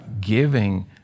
giving